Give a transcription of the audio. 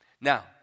Now